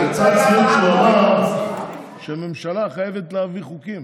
דוד ביטן (הליכוד): יצא ציוץ שבו הוא אמר שממשלה חייבת להעביר חוקים,